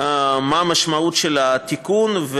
מה משמעות התיקון,